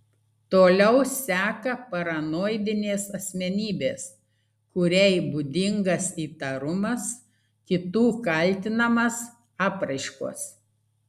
toliau seka paranoidinės asmenybės kuriai būdingas įtarumas kitų kaltinamas apraiškos